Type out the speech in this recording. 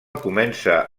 comença